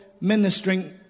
ministering